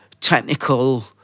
technical